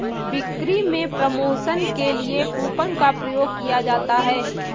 बिक्री में प्रमोशन के लिए कूपन का प्रयोग किया जाता है